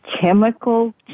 chemical